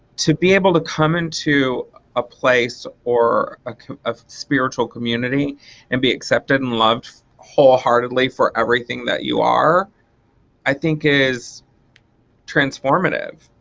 to be able to come into a place or a kind of spiritual community and be accepted and loved wholeheartedly for everything that you are i think is transformative.